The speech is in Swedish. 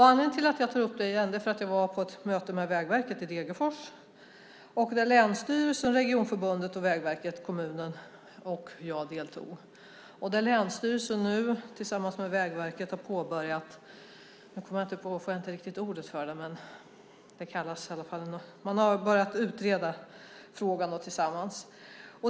Anledningen till att jag tar upp det igen är att jag var på ett möte i Degerfors där länsstyrelsen, regionförbundet, Vägverket, kommunen och jag deltog. Och länsstyrelsen har nu, tillsammans med Vägverket, börjat utreda frågan.